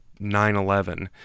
9-11